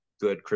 good